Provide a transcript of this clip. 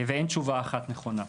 ואין תשובה אחת נכונה.